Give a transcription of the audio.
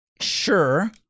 sure